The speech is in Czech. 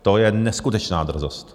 To je neskutečná drzost!